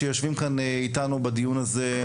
שיושבים איתנו בדיון הזה,